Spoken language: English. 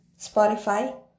Spotify